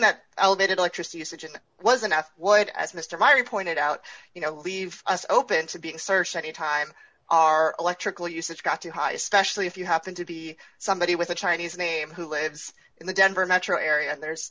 that elevated electricity usage and it wasn't as would as mr vireo pointed out you know leave us open to being searched any time our electrical usage got too high especially if you happen to be somebody with a chinese name who lives in the denver metro area and there's